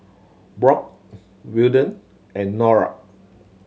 Brock Wilton and Nora